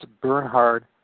Bernhard